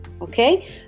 okay